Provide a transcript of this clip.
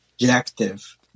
objective